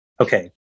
Okay